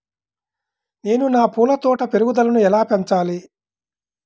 నేను నా పూల తోట పెరుగుదలను ఎలా పెంచాలి?